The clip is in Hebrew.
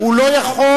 מה עם ש"ס?